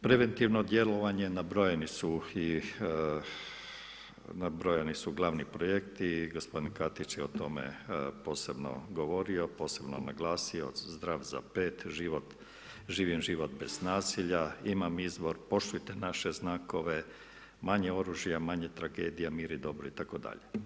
Preventivno djelovanje nabrojani su glavni projekti, gospodin Katić je o tome posebno govorio, posebno naglasio Zdrav za 5 život, Živim život bez nasilja, Imam izbor, Poštujete naše znakove, Manje oružja, manje tragedija, Mir i dobro itd.